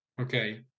okay